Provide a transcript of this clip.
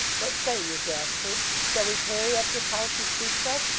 what say you, gashford? shall we tarry at this house he speaks of,